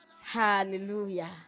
Hallelujah